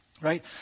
right